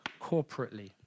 corporately